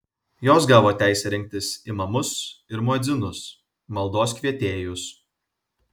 jos gavo teisę rinktis imamus ir muedzinus maldos kvietėjus